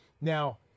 now